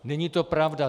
Není to pravda.